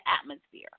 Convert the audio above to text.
atmosphere